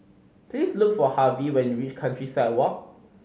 please look for Harvie when you reach Countryside Walk